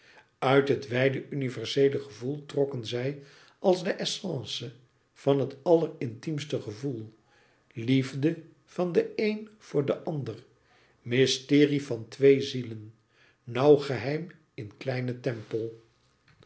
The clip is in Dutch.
uit het wijde universeele gevoel trokken zij als de essence van het allerintiemste gevoel liefde van den een voor den ander mysterie van twee zielen nauw geheim in kleinen tempel